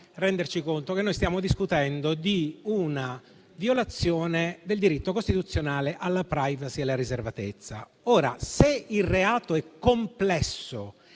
renderci conto però che stiamo discutendo di una violazione del diritto costituzionale alla *privacy* e alla riservatezza. Ora, se il reato è complesso